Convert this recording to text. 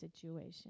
situation